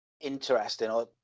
interesting